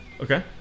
Okay